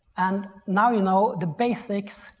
and now you know the basics